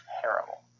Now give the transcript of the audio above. terrible